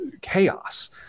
chaos